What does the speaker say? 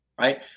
right